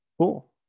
Cool